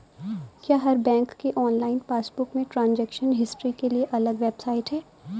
क्या हर बैंक के ऑनलाइन पासबुक में ट्रांजेक्शन हिस्ट्री के लिए अलग वेबसाइट है?